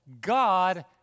God